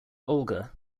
olga